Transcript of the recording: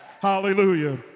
Hallelujah